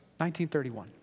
1931